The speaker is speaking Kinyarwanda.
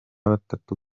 batatu